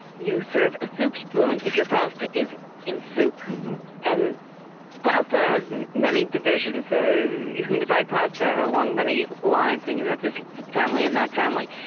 you serve a soup spoon if your pasta is in soup and pasta has many divisions so you can divide pasta along many lines and you have this family and that family.